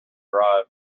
drive